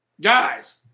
guys